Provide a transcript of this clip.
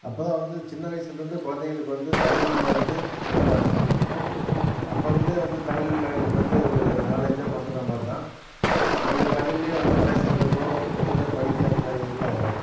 அப்போ தான் வந்து சின்ன வயசிலேருந்து குழந்தைங்களுக்கு வந்து தமிழ்ல வந்து சொல்லி தரணும் அப்போருந்தே வந்து தமிழ் அவங்களுக்கு வந்து ஒரு நாலேஜ்ஜை கொண்டு வந்தோம்னா தான் அவங்களுக்கு தமிழ்லயே வந்து பேசுகிறதுக்கோ எழுத படிக்க அந்த மாதிரி இதுக்கெல்லாம் வரும்